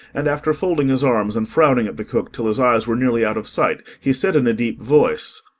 and, after folding his arms and frowning at the cook till his eyes were nearly out of sight, he said in a deep voice,